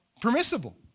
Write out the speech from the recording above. permissible